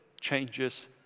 changes